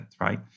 right